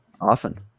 Often